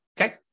Okay